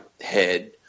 head